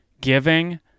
giving